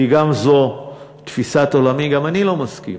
כי זו גם תפיסת עולמי: גם אני לא מסכים.